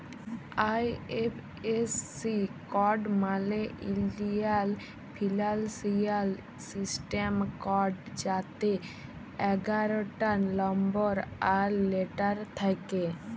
IFSC code মালে ইলডিয়াল financial system code যাতে এগারটা লম্বর আর লেটার থ্যাকে